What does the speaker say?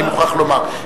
אני מוכרח לומר,